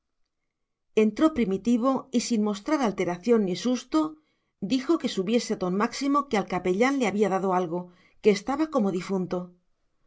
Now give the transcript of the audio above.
entró primitivo y sin mostrar alteración ni susto dijo que subiese don máximo que al capellán le había dado algo que estaba como difunto